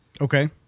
Okay